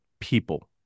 people